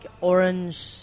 orange